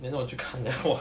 then 我去看 liao !wah!